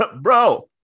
Bro